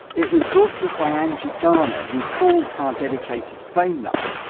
it was brought to us by angie garner, who called our dedicated phone line,